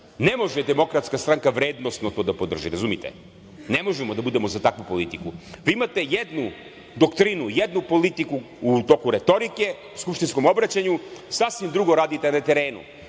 može DS vrednosno da to da podrži. Razumite. Ne možemo da budemo za takvu politiku. Vi imate jednu doktrinu, jednu politiku u toku retorike u skupštinskom obraćanju, sasvim drugo radite na terenu.